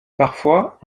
parfois